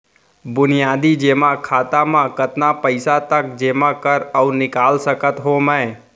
बुनियादी जेमा खाता म कतना पइसा तक जेमा कर अऊ निकाल सकत हो मैं?